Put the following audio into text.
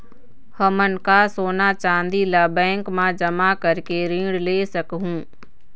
हमन का सोना चांदी ला बैंक मा जमा करके ऋण ले सकहूं?